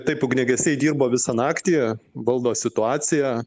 taip ugniagesiai dirbo visą naktį valdo situaciją